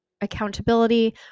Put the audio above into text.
accountability